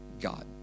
God